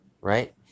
Right